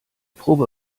probe